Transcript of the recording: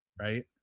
right